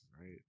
right